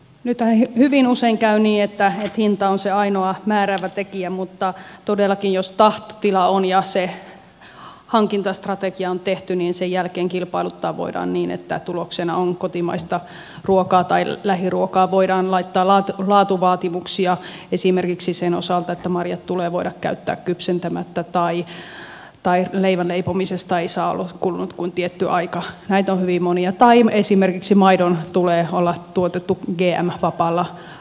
nythän hyvin usein käy niin että hinta on se ainoa määräävä tekijä mutta todellakin jos tahtotila on ja se hankintastrategia on tehty niin sen jälkeen kilpailuttaa voidaan niin että tuloksena on kotimaista ruokaa tai lähiruokaan voidaan laittaa laatuvaatimuksia esimerkiksi sen osalta että marjat tulee voida käyttää kypsentämättä tai leivän leipomisesta ei saa olla kulunut kuin tietty aika näitä on hyvin monia tai esimerkiksi maidon tulee olla tuotettu gm vapaalla rehulla